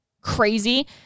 crazy